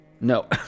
No